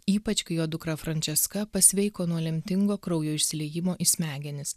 ypač kai jo dukra frančeska pasveiko nuo lemtingo kraujo išsiliejimo į smegenis